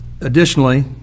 Additionally